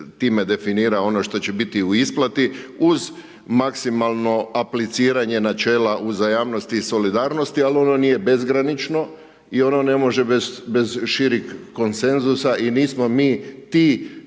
time definira ono što će biti u isplati, uz maksimalno apliciranje načela uzajamnosti i solidarnosti, ali ono nije bezgranično i ono ne može bez širih koncensusa i nismo mi ti